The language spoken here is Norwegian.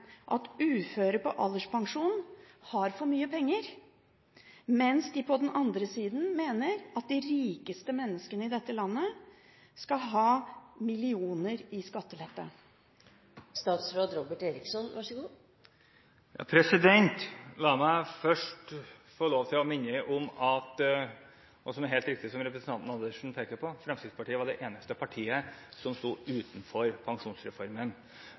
at uføre på alderspensjon har for mye penger, mens de på den andre sida mener at de rikeste menneskene i dette landet skal ha millioner i skattelette? La meg først få lov til å minne om – og det er helt riktig som representanten Andersen peker på – at Fremskrittspartiet var det eneste partiet som sto utenfor pensjonsreformen.